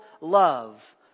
love